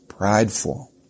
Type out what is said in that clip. prideful